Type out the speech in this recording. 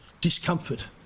discomfort